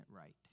right